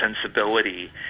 sensibility